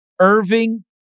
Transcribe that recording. Irving